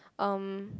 um